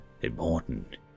important